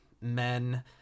Men